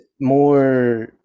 more